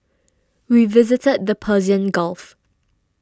we visited the Persian Gulf